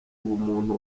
ubumuntu